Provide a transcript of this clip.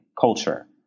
culture